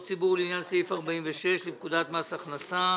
ציבור לעניין סעיף 46 לפקודת מס הכנסה.